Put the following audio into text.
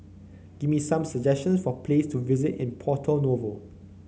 give me some suggestions for places to visit in Porto Novo